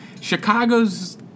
Chicago's